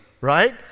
right